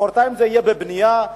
מחרתיים זה יהיה בבנייה,